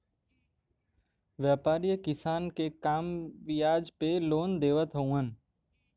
व्यापरीयन किसानन के कम बियाज पे लोन देवत हउवन